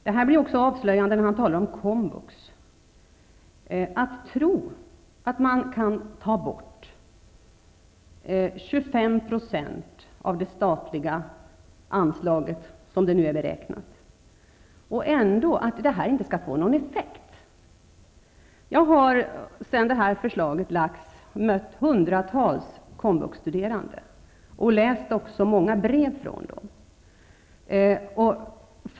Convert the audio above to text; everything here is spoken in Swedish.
Det blir också avslöjande när man talar om komvux och tror att man kan ta bort 25 % av det statliga anslaget, som det nu är beräknat, utan att det skall få någon effekt. Jag har sedan förslaget lagts fram mött hundratals komvuxstuderande och även läst många brev från dem.